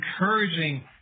encouraging